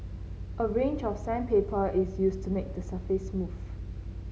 a range of sandpaper is used to make the surface smooth